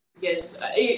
Yes